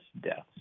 deaths